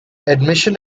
admission